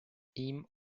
ihm